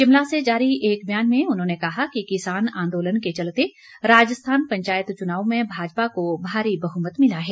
शिमला से जारी एक बयान में उन्होंने कहा कि किसान आंदोलन के चलते राजस्थान पंचायत चुनावों में भाजपा को भारी बहुमत मिला है